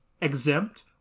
exempt